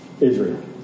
Israel